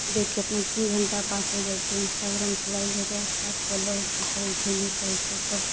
देखके अपना तीन घण्टा पास होइ जाइ छै इंस्ट्राग्राम चलाय लहो ओकरासँ बात कैर लहो कि करै छै नहि करै छै ओसब